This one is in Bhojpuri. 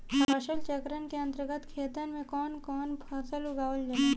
फसल चक्रण के अंतर्गत खेतन में कवन कवन फसल उगावल जाला?